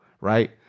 right